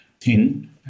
thin